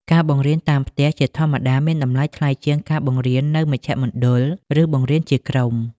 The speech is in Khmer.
ការបង្រៀនតាមផ្ទះជាធម្មតាមានតម្លៃថ្លៃជាងការបង្រៀននៅមជ្ឈមណ្ឌល ឬបង្រៀនជាក្រុម។